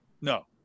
no